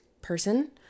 person